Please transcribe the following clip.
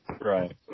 Right